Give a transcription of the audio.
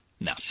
No